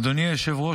אדוני היושב-ראש,